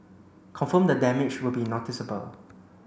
confirm the damage would be noticeable